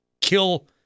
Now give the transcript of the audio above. kill